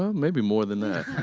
um maybe more than that.